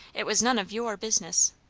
it was none of your business.